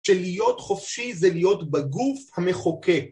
של להיות חופשי זה להיות בגוף המחוקק.